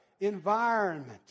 Environment